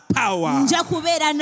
power